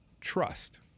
trust